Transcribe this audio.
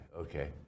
Okay